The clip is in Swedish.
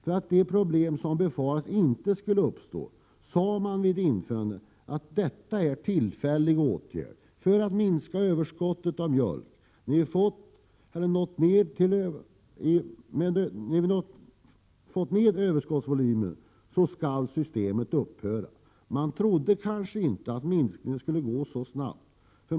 För att dessa problem inte skulle uppstå sade man vid införandet att detta var en tillfällig åtgärd för att minska överskottet på mjölk. När vi fått ner överskottsvolymen skulle systemet upphöra. Man trodde inte att minskningen skulle gå så snabbt.